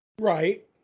Right